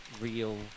real